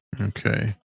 Okay